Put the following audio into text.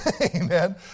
Amen